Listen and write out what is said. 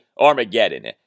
Armageddon